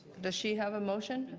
does she have a motion?